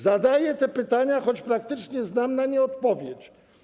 Zadaję te pytania, choć praktycznie znam na nie odpowiedź.